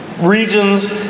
regions